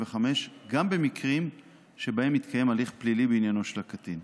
גם במקרים שבהם התקיים הליך פלילי בעניינו של הקטין.